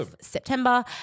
September